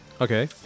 Okay